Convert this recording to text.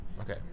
Okay